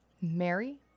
Mary